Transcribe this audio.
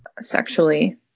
sexually